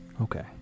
Okay